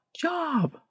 job